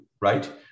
right